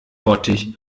bottich